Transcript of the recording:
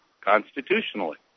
constitutionally